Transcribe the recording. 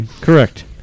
Correct